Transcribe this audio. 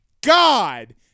God